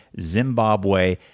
Zimbabwe